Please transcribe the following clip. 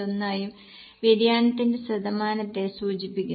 1 ആയും വ്യതിയാനത്തിന്റെ ശതമാനത്തെ സൂചിപ്പിക്കുന്നു